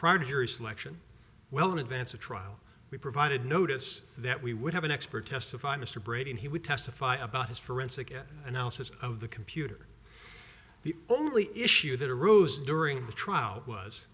your selection well in advance of trial we provided notice that we would have an expert testified mr brady and he would testify about his forensic analysis of the computer the only issue that arose during the trial was